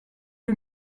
you